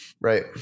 Right